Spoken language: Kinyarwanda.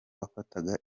wafataga